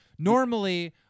Normally